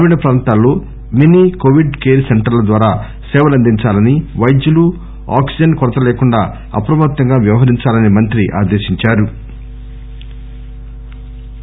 గ్రామీణ ప్రాంతాల్లో mini covid care సెంటర్ల ద్వారా సేవలందించాలని వైద్యులు ఆక్పిజన్ కొరత రాకుండా అప్రమత్తంగా వ్యవహరించాలనీ ఆదేశించారు